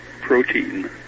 protein